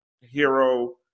Hero